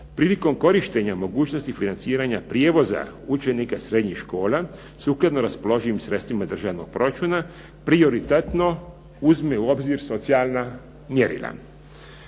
prilikom korištenja mogućnosti financiranja prijevoza učenika srednjih škola sukladno raspoloživim sredstvima državnog proračuna prioritetno uzme u obzir socijalna mjerila.